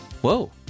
Whoa